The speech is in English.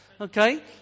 okay